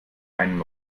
einen